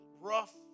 rough